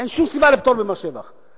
אין שום סיבה לפטור ממס שבח.